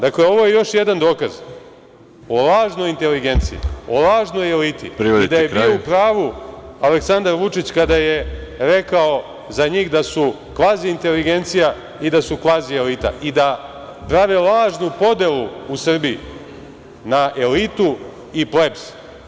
Dakle, ovo je još jedna dokaz o lažnoj inteligenciji, o lažnoj eliti i da je bio u pravu Aleksandar Vučić kada je rekao za njih da su kvazi inteligencija i da su kvazi elita i da prave lažnu podelu u Srbiji na elitu i na plebs.